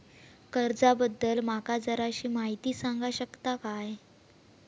कर्जा बद्दल माका जराशी माहिती सांगा शकता काय?